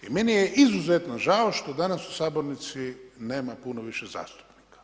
I meni je izuzetno žao što danas u sabornici nema puno više zastupnika.